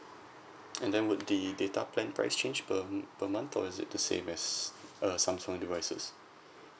and then would the data plan price change per per month or is it the same as uh samsung devices